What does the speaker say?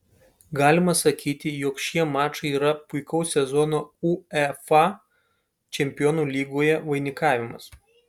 galima sakyti jog šie mačai yra puikaus sezono uefa čempionų lygoje vainikavimas